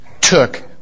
took